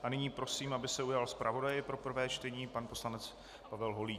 A nyní prosím, aby se ujal zpravodaj pro prvé čtení, pan poslanec Pavel Holík.